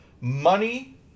money